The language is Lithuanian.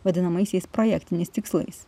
vadinamaisiais projektiniais tikslais